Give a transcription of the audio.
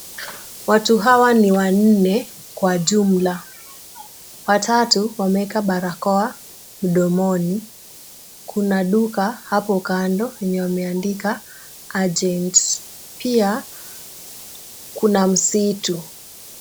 Watu hawa ni wanne kwa jumla. Watatu wameeka barakoa mdomoni, Kuna duka hapo kando lenye wameandika Agent pia kuna msitu.